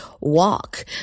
walk